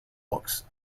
books